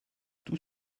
tout